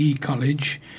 College